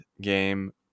game